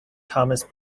thomas